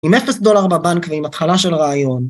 עם 0 דולר בבנק ועם התחלה של רעיון